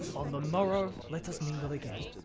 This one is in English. on the morrow less us mingle again.